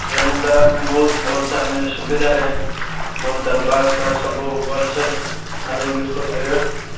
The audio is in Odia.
ଟ୍ରେନ୍ ଦ୍ଵାରା ଆମେ ବହୁତ ଭଲସେ ଆମେ ସୁବିଧାରେ ବହୁତ ତାର ବାଥ୍ଫାଥ୍ ସବୁ ଭଲସେ ମାନେ ୟୁଜ୍ କରିପାରିବା